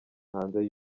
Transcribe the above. hanze